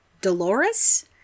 Dolores